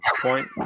point